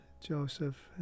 Joseph